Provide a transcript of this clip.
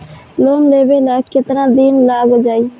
Loan लेबे ला कितना दिन लाग जाई?